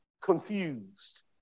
confused